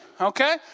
okay